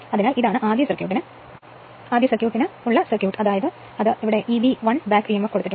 അതിനാൽ ഇതാണ് ഇതാണ് ആദ്യ സർക്യൂട്ടിനു Eb 1 ബാക്ക്em